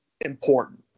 important